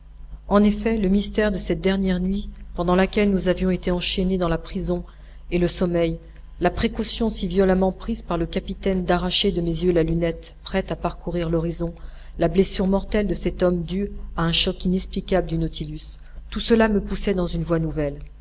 en effet le mystère de cette dernière nuit pendant laquelle nous avions été enchaînés dans la prison et le sommeil la précaution si violemment prise par le capitaine d'arracher de mes yeux la lunette prête à parcourir l'horizon la blessure mortelle de cet homme due à un choc inexplicable du nautilus tout cela me poussait dans une voie nouvelle